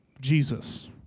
Jesus